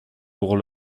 pour